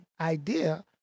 idea